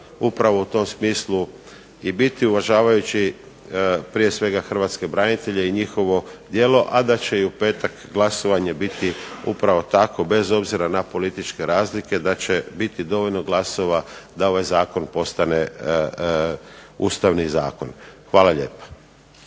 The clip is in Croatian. upravo u tom smislu i biti uvažavajući prije svega hrvatske branitelje i njihovo djelo, a da će i u petak glasovanje biti upravo tako bez obzira na političke razlike da će biti dovoljno glasova da ovaj zakon postane Ustavni zakon. Hvala lijepa.